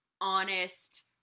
honest